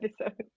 episode